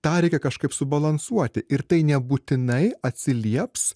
tą reikia kažkaip subalansuoti ir tai nebūtinai atsilieps